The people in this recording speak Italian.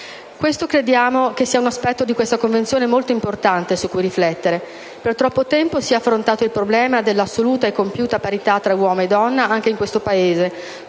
questo sia un aspetto della Convenzione molto importante su cui riflettere. Per troppo tempo si è affrontato il problema dell'assoluta e compiuta parità tra uomo e donna, anche in questo Paese,